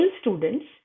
students